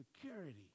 security